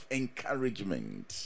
encouragement